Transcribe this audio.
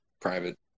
private